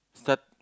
start